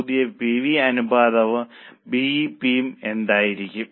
പുതിയ P V അനുപാതവും B E P യും എന്തായിരിക്കും